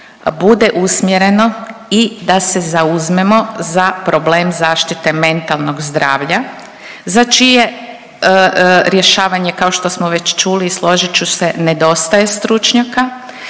bude usmjereno i da se zauzmemo za problem zaštite mentalnog zdravlja za čije rješavanje kao što smo već čuli složit ću se nedostaje stručnjaka,